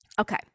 okay